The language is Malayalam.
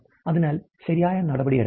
അതിനാൽ ശരിയായ നടപടിയെടുക്കാം